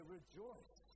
rejoice